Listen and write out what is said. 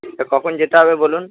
তা কখন যেতে হবে বলুন